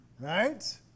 Right